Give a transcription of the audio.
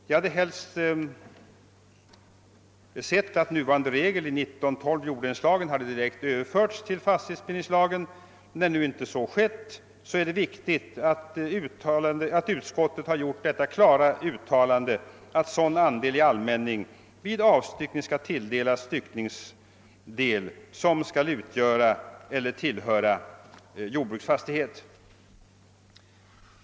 Jag hade helst sett att nuvarande regel, 19:12 i jorddelningslagen, direkt hade överförts till fastighetsbildningslagen, men när så inte skett är det viktigt att utskottet gjort detta klara uttalande, att sådan andel i allmänning vid avstyckning skall tilldelas styckningsdel som skall utgöra eller tillhöra jordbruksfastighet.